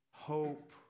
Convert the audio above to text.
Hope